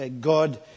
God